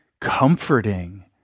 comforting